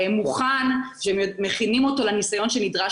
גם אם זה בחינוך לגיל הרך,